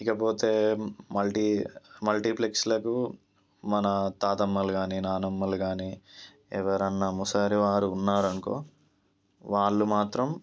ఇకపోతే మల్టీ మల్టీప్లెక్స్లకు మన తాతమ్మలు కాని నానమ్మలు కానీ ఎవరన్నా ముసలి వారు ఉన్నారు అనుకో వాళ్లు మాత్రం